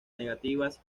negativas